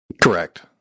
Correct